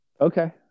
Okay